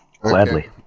Gladly